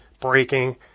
breaking